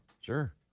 sure